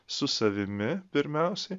su savimi pirmiausiai